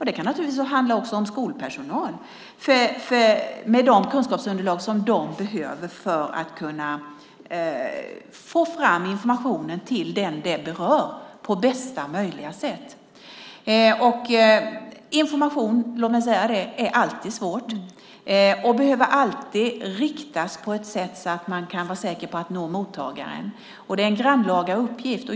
Det kan naturligtvis också handla om skolpersonal och de kunskapsunderlag de behöver för att få fram informationen till berörda på bästa möjliga sätt. Information är alltid svårt. Den behöver alltid riktas på ett sätt så att man kan vara säker på att nå mottagaren. Det är en grannlaga uppgift.